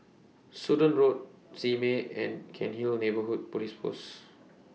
Sudan Road Simei and Cairnhill Neighbourhood Police Post